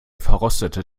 verrostete